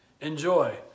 Enjoy